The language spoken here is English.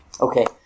Okay